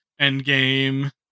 Endgame